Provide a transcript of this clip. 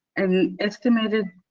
and estimated